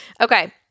Okay